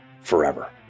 forever